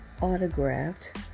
autographed